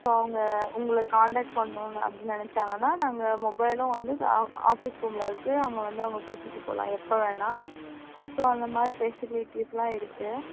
so அவங்க உங்களுக்கு contact பண்ணணும் அப்படி நெனைச்சாங்கன்னா நாங்கள் மொபைலும் வந்து ஆபீஸ் ரூமில் இருக்குது அவங்க வந்து அவங்க பேசிவிட்டு போகலாம் எப்போது வேணுனா ஸோ அந்த மாதிரி ஸ்பெசிலிட்டீஸ்லாம் இருக்குது